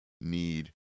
need